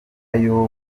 yobu